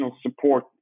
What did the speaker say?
support